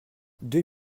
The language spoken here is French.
deux